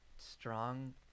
strong